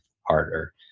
harder